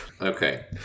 Okay